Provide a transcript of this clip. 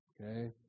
Okay